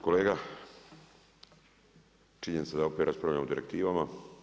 Kolega činjenica da opet raspravljamo o direktivama.